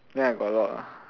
ya I got a lot ah